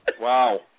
wow